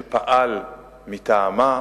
שפעל מטעמה,